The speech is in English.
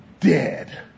dead